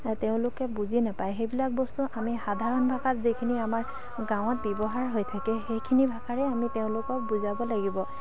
তেওঁলোকে বুজি নেপায় সেইবিলাক বস্তু আমি সাধাৰণ ভাষাত যিখিনি আমাৰ গাঁৱত ব্যৱহাৰ হৈ থাকে সেইখিনি ভাষাৰে আমি তেওঁলোকক বুজাব লাগিব